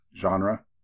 genre